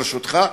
ברשותך,